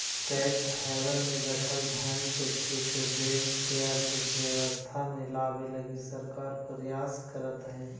tax haven में रखल धन के फिर से देश के अर्थव्यवस्था में लावे लगी सरकार प्रयास करीतऽ हई